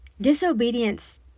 Disobedience